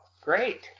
great